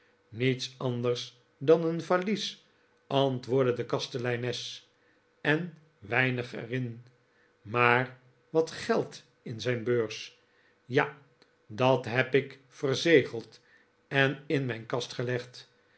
niets anders dan een valies antwoordde de kasteleines en weinig er in maar wat geld in zijn beurs ja dat heb ik verzegeld en in mijn kast gelegd